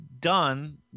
done